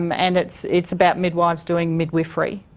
um and it's it's about midwives doing midwifery.